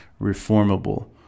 reformable